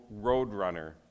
roadrunner